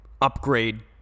upgrade